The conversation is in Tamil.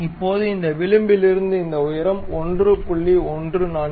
இப்போது இந்த விளிம்பிலிருந்து இந்த உயரம் 1